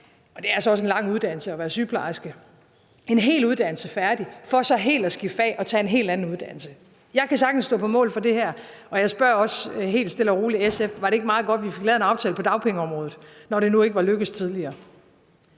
er altså også en lang uddannelse – for så at skifte fag og tage en helt anden uddannelse! Jeg kan sagtens stå på mål for det her, og jeg spørger også helt stille og roligt SF, om ikke det var meget godt, at vi fik lavet en aftale på dagpengeområdet, når nu ikke det var lykkedes tidligere.